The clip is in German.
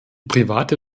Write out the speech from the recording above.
private